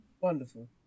Wonderful